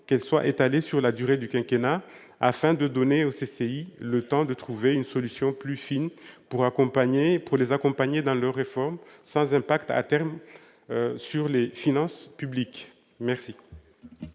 qu'elle soit étalée sur la durée de ce quinquennat, afin de donner aux CCI le temps de trouver une solution plus fine et de les accompagner dans leurs réformes, sans impact à terme sur les finances publiques. La